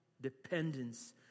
dependence